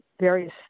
various